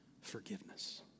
forgiveness